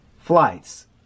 flights